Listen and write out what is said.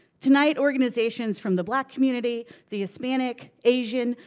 tonight organizations from the black community, the hispanic, asian,